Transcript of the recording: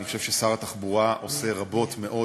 אני חושב ששר התחבורה עושה רבות מאוד